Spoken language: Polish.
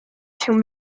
się